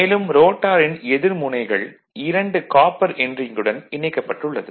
மேலும் ரோட்டாரின் எதிர் முனைகள் 2 காப்பர் எண்ட் ரிங்குடன் இணைக்கப்பட்டுள்ளது